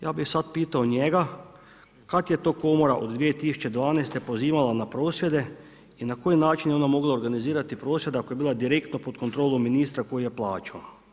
Ja bih sada pitao njega, kada je to komora od 2012. pozivala na prosvjede i na koji način je ona mogla organizirati prosvjed ako je bila direktno pod kontrolom ministra koji … plaćao.